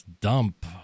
dump